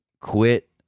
Quit